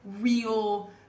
real